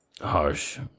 harsh